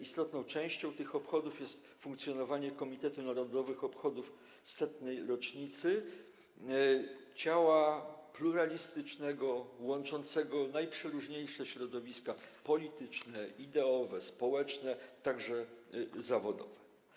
Istotną częścią tych obchodów jest funkcjonowanie komitetu narodowych obchodów 100. rocznicy, ciała pluralistycznego, łączącego najprzeróżniejsze środowiska polityczne, ideowe, społeczne, także zawodowe.